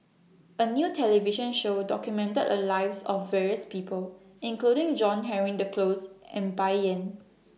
A New television Show documented The Lives of various People including John Henry Duclos and Bai Yan